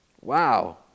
Wow